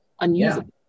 unusable